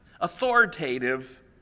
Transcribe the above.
authoritative